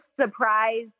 surprise